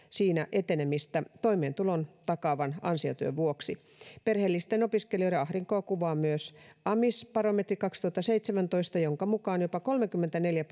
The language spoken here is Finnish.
siinä etenemistä toimeentulon takaavan ansiotyön vuoksi perheellisten opiskelijoiden ahdinkoa kuvaa myös amisbarometri kaksituhattaseitsemäntoista jonka mukaan jopa kolmekymmentäneljä